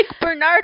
Bernard